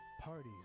parties